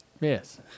Yes